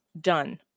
done